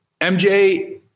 MJ